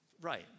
Right